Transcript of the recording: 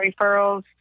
referrals